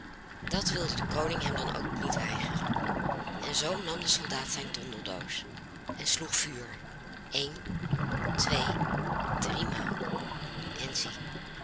dat wilde de koning hem dan ook niet weigeren en zoo nam de soldaat zijn tondeldoos en sloeg vuur een twee driemaal en zie